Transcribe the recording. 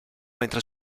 mentre